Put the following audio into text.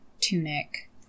tunic